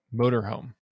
motorhome